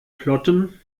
plotten